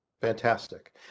Fantastic